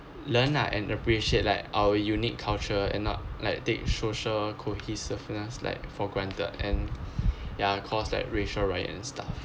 learn ah and appreciate like our unique culture and not like take social cohesiveness like for granted and ya cause that racial riots and stuff